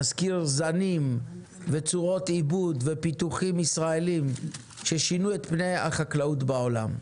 את הזנים וצורות העיבוד הישראליות ששינו את פני החקלאות בעולם.